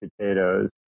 potatoes